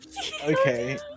Okay